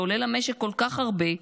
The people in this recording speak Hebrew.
שעולה למשק כל כך הרבה,